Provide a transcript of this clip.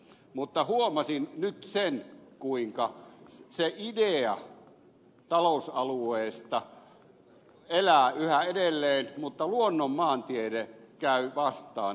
mutta huomasin nyt sen kuinka se idea talousalueesta elää yhä edelleen mutta luonnon maantiede käy vastaan